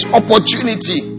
opportunity